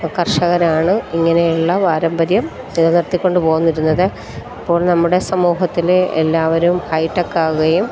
ഇപ്പം കർഷകരാണ് ഇങ്ങനെയുള്ള പാരമ്പര്യം നിലനിർത്തിക്കൊണ്ട് പോന്നിരിന്നത് ഇപ്പോൾ നമ്മുടെ സമൂഹത്തിലെ എല്ലാവരും ഹൈടെക്ക് ആകുകയും